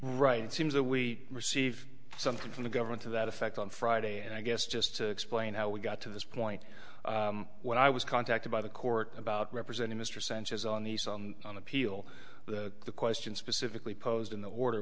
right it seems that we receive something from the government to that effect on friday and i guess just to explain how we got to this point when i was contacted by the court about representing mr sanchez on the on appeal the question specifically posed in the